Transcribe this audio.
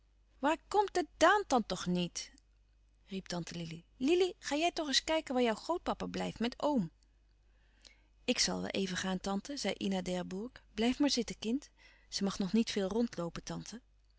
waarom komt ddaan dan toch niet riep tante lili ga jij toch eens kijken waar jou grootpapa blijft met oom ik zal wel even gaan tante zei ina d'herbourg blijf maar zitten kind ze mag nog niet veel rondloopen tante